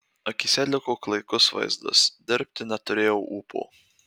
akyse liko klaikus vaizdas dirbti neturėjau ūpo